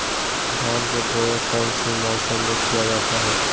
धान के बोआई कौन सी मौसम में किया जाता है?